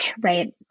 right